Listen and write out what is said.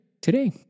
today